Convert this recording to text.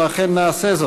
ואנחנו אכן נעשה זאת.